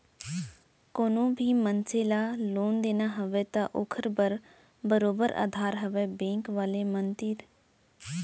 कोनो भी मनसे ल लोन देना हवय त ओखर बर बरोबर अधार हवय बेंक वाले मन तीर